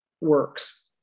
works